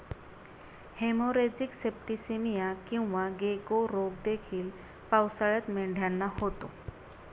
haemorrhagic septicaemia किंवा गेको रोग देखील पावसाळ्यात मेंढ्यांना होतो